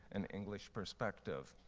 and english perspective.